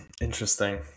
Interesting